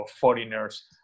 foreigners